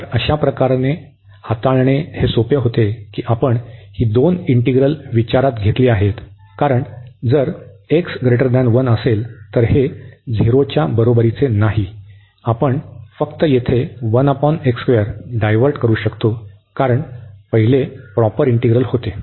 तर अशा प्रकारे हाताळणे हे सोपे होते की आपण ही दोन इंटीग्रल विचारात घेतली आहेत कारण जर x 1 असेल तर हे 0 च्या बरोबरीचे नाही आपण फक्त येथे येथे डायवर्ट करू शकतो कारण पहिले प्रॉपर इंटीग्रल होते